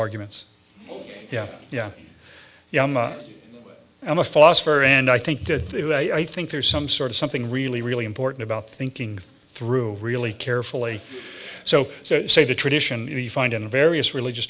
arguments yeah yeah yeah i'm a philosopher and i think i think there's some sort of something really really important about thinking through really carefully so so say the tradition in the find in various religious